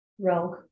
rogue